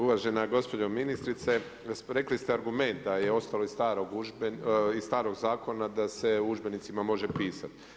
Uvažena gospođo ministrice, rekli ste argument da je ostalo iz starog zakona da se u udžbenicima može pisat.